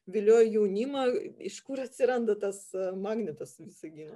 vilioja jaunimą iš kur atsiranda tas magnetas visagino